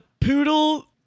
poodle